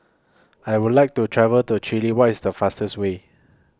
I Would like to travel to Chile What IS The fastest Way